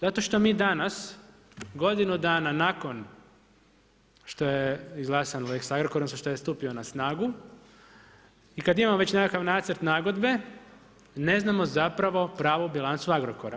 Zato što mi danas godinu dana nakon što je izglasan lex Agrokor, odnosno što je stupio na snagu i kad imamo već nekakav nacrt nagodbe ne znamo zapravo pravu bilancu Agrokora.